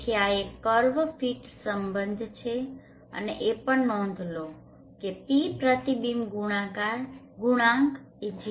તેથી આ એક કર્વ ફીટ સંબંધ છે અને એ પણ નોંધ લો કે ρ પ્રતિબિંબ ગુણાંક એ 0